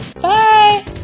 bye